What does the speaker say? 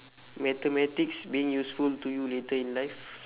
mathematics being useful to you later in life